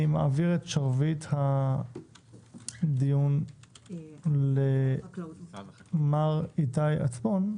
אני מעביר את שרביט הדיון למר איתי עצמון,